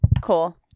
cool